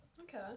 Okay